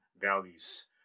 values